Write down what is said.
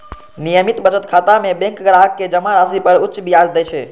नियमित बचत खाता मे बैंक ग्राहक कें जमा राशि पर उच्च ब्याज दै छै